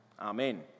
Amen